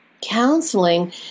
counseling